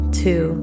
two